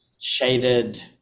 shaded